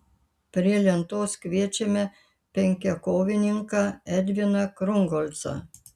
prie lentos kviečiame penkiakovininką edviną krungolcą